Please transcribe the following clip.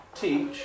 teach